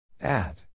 Add